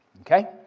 okay